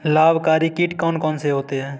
लाभकारी कीट कौन कौन से होते हैं?